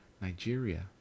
Nigeria